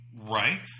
Right